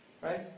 right